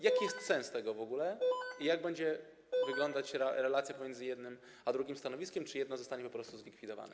Jaki jest w ogóle tego sens i jak będzie wyglądać relacja pomiędzy jednym a drugim stanowiskiem, czy jedno zostanie po prostu zlikwidowane?